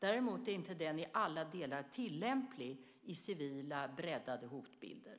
Däremot är den inte i alla delar tillämplig i civila, breddade hotbilder.